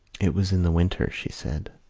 it was in the winter, she said,